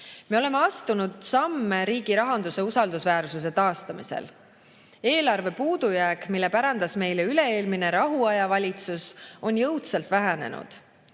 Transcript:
Me oleme astunud samme riigi rahanduse usaldusväärsuse taastamisel. Eelarve puudujääk, mille pärandas meile üle-eelmine, rahuaja valitsus, on jõudsalt vähenenud.